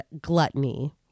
gluttony